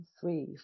three